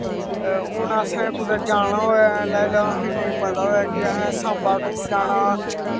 हून असें कुतै जाना होऐ लाई लैओ असें नेईं पता होऐ कि अहें सांबा टू जाना